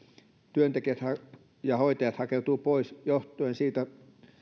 työntekijät ja hoitajat hakeutuvat pois johtuen siitä